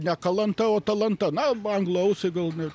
ne kalanta o talanta na anglo ausiai gal